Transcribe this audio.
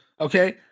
okay